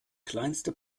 kleinste